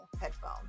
headphone